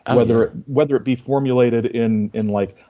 and whether whether it be formulated in in like,